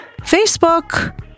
Facebook